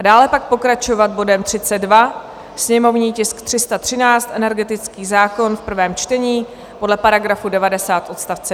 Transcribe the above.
Dále pak pokračovat bodem 32, sněmovní tisk 313 energetický zákon, první čtení, podle § 90 odst.